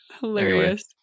Hilarious